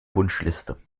wunschliste